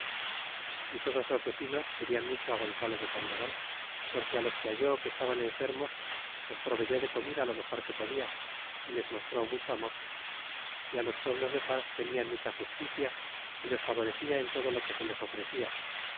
y todos los vecinos querian mucho á gonzalo de sandoval porque los que halló que estaban enfermos los proveyó de comida lo mejor que podia y les mostró mucho amor y los pueblos de paz tenia en mucha justicia y los fa orecia en todo lo que se les ofrecia